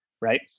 right